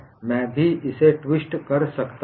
मैं भी इसे ट्विस्ट कर सकता हूं